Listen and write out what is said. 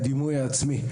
הדימוי העצמי.